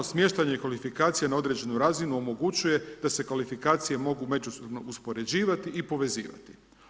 Smještanje kvalifikacija na određenu razinu omogućuje da se kvalifikacije mogu međusobno uspoređivati i povezivati.